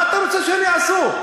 מה אתה רוצה שהם יעשו,